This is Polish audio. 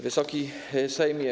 Wysoki Sejmie!